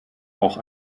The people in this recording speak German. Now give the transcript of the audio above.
auch